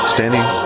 Standing